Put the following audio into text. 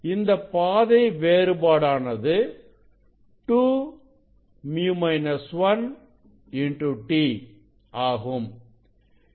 அந்த பாதை வேறுபாடானது 2µ 1t ஆகும்